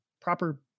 proper